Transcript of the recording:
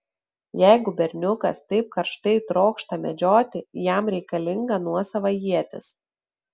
jeigu berniukas taip karštai trokšta medžioti jam reikalinga nuosava ietis